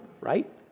right